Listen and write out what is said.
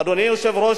אדוני היושב-ראש,